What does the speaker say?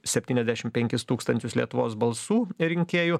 septyniasdešim penkis tūkstančius lietuvos balsų rinkėjų